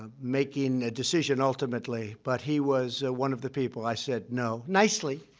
ah making a decision ultimately but he was one of the people. i said no nicely,